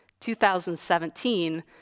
2017